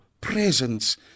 presence